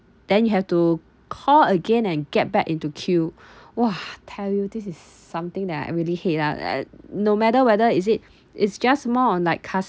then you have to call again and get back into queue !wah! I tell you this is something that I really hate ah eh no matter whether is it is just more on like customer